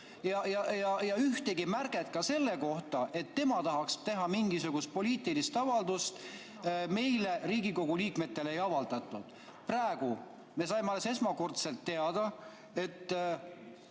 aga ühtegi märget selle kohta, et ta tahaks teha mingisugust poliitilist avaldust, meile, Riigikogu liikmetele, ei avaldatud. Me saime praegu esmakordselt teada, et